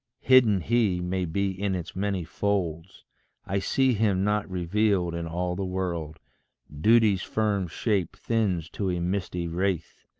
hidden he may be in its many folds i see him not revealed in all the world duty's firm shape thins to a misty wraith.